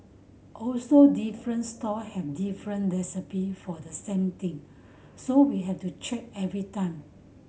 also different stall have different recipe for the same thing so we have to check every time